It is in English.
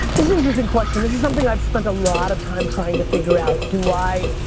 is an interesting question. this is something i've spent a lot of time trying to figure out. do i,